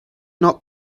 not